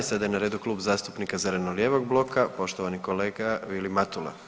Sada je na redu Klub zastupnika zeleno-lijevog bloka, poštovani kolega Vili Matula.